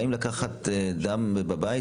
אז באים לקחת לו דם בבית,